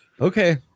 okay